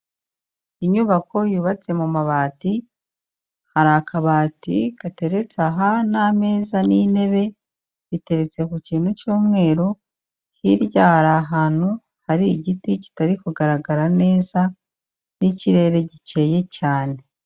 Inyubako yubatse mu mabati, hari akabati gatereretse aha n'amezaza n'intebe, biteretse ku kintu cy'umweru hirya hari ahantu hari igiti kitari kugaragara neza, n'ikirere gikeye cyane.